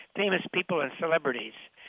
famous people and celebrities.